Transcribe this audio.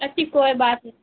ایسی کوئی بات